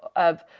of,